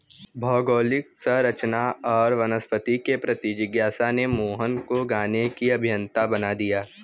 भौगोलिक संरचना और वनस्पति के प्रति जिज्ञासा ने मोहन को गाने की अभियंता बना दिया